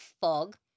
fog